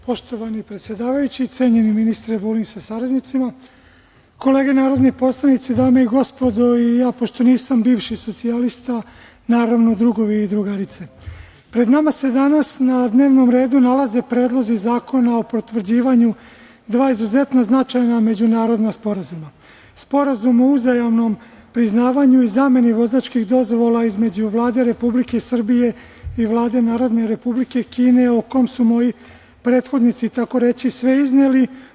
Poštovani predsedavajući, cenjeni ministre sa saradnicima, kolege narodni poslanici, dame i gospodo, i ja pošto nisam bivši socijalista, naravno, i drugovi i drugarice, pred nama se danas na dnevnom redu nalaze predlozi zakona o potvrđivanju dva izuzetno značajna međunarodna sporazuma, Sporazum o uzajamnom priznavanju i zameni vozačkih dozvola između Vlade Republike Srbije i Vlade Narodne Republike Kine, o kom su moji prethodnici tako reći sve izneli.